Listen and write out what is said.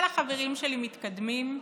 כל החברים שלי מתקדמים,